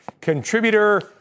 contributor